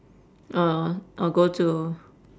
or or go to